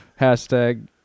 hashtag